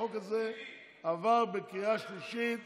החוק עבר בקריאה שלישית